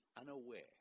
unaware